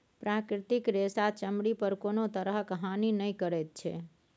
प्राकृतिक रेशा चमड़ी पर कोनो तरहक हानि नहि करैत छै